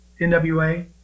NWA